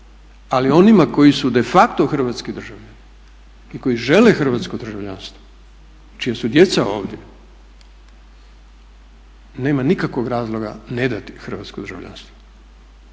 Ali onima koji su de facto hrvatski državljani i koji žele hrvatsko državljanstvo, čija su djeca ovdje nema nikakvog razloga ne dati hrvatsko državljanstvo